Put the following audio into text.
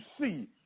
see